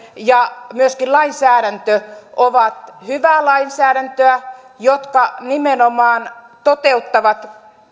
ja myöskin lainsäädäntömme ovat hyvää lainsäädäntöä jotka nimenomaan toteuttavat